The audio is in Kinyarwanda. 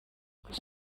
gusa